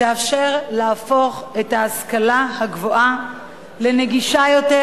תאפשר להפוך את ההשכלה הגבוהה לנגישה יותר